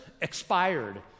expired